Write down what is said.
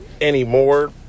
anymore